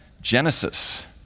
Genesis